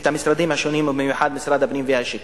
המשרדים השונים, ובמיוחד משרד הפנים ומשרד השיכון,